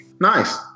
Nice